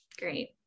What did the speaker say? Great